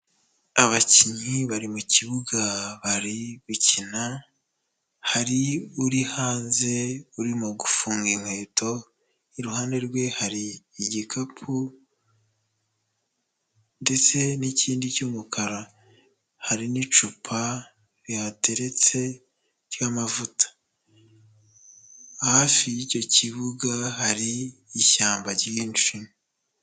Abakinnyi bari mu kibuga bari gukina, hari uri hanze urimo gufunga inkweto, iruhande rwe hari igikapu ndetse n'ikindi cy'umukara, hari n'icupa rihateretse ry'amavuta, hafi y'icyo kibuga hari ishyamba ryinshi.